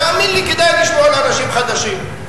תאמין לי, כדאי לשמוע לאנשים חדשים.